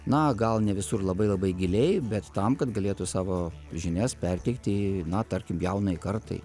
na gal ne visur labai labai giliai bet tam kad galėtų savo žinias perteikti na tarkim jaunąjai kartai